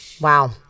Wow